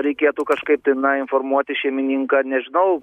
reikėtų kažkaip tai na informuoti šeimininką nežinau